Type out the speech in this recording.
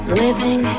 living